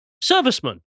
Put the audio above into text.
Servicemen